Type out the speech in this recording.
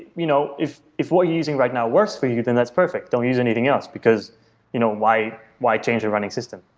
you know if if what you're using right now works for you, then that's perfect. don't use anything else, because you know why why change a running system?